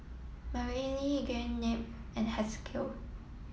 Mareli Gwyneth and Haskell